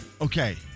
Okay